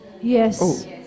yes